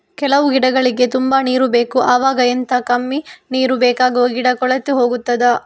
ಕೆಲವು ಗಿಡಗಳಿಗೆ ತುಂಬಾ ನೀರು ಬೇಕು ಅವಾಗ ಎಂತ, ಕಮ್ಮಿ ನೀರು ಬೇಕಾಗುವ ಗಿಡ ಕೊಳೆತು ಹೋಗುತ್ತದಾ?